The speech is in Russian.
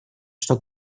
что